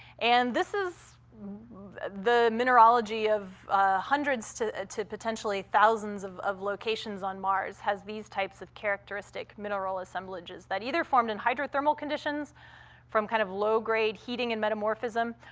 and this is the mineralogy of hundreds to to potentially thousands of of locations on mars has these types of characteristic mineral assemblages that either formed in hydrothermal conditions from kind of low-grade heating and metamorphism,